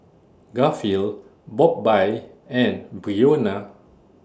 Garfield Bobbye and Breonna